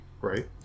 right